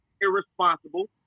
irresponsible